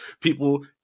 people